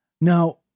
now